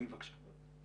עלי, בבקשה.